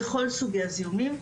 בכל סוגי הזיהומים,